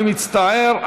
אני מצטער.